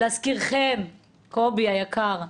להזכירכם, קובי היקר,